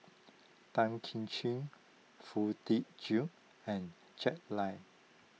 Tan Kim Ching Foo Tee Jun and Jack Lai